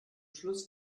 schluss